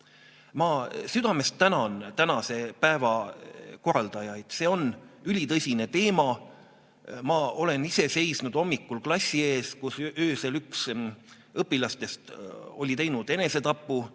Ma südamest tänan tänase päeva korraldajaid, see on ülitõsine teema. Ma olen ise seisnud hommikul klassi ees, kus öösel üks õpilastest oli teinud enesetapu,